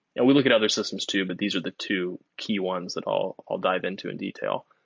and we look at other systems too, but these are the two key ones that i'll i'll dive into in detail.